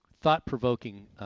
thought-provoking